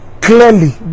Clearly